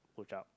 push up